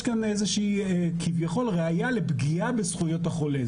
יש כאן איזושהי ראיה לפגיעה בזכויות החולה.